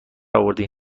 آوردین